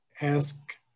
ask